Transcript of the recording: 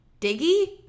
Diggy